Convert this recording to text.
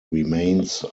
remains